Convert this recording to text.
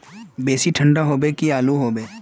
बेसी ठंडा होबे की आलू होबे